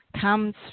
comes